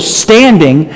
standing